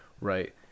right